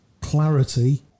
clarity